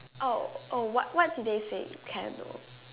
oh oh what what did they say can I know